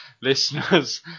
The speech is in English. listeners